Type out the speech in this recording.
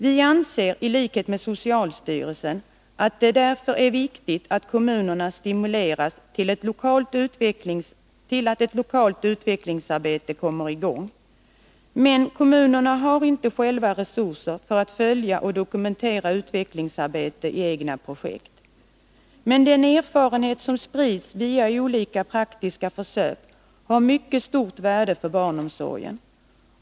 Vi anser i likhet med socialstyrelsen att det därför är viktigt att kommunerna stimuleras till att ett lokalt utvecklingsarbete kommer i gång. Kommunerna har inte själva resurser för att följa och dokumentera utvecklingsarbete i egna projekt. Men den erfarenhet som sprids via olika praktiska försök har mycket stort värde för barnomsorgen.